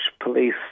police